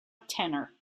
tenor